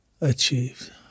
achieved